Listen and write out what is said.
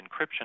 encryption